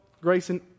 Grayson